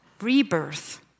rebirth